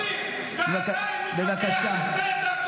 נתתי לו דקה יותר.